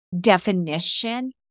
definition